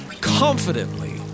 confidently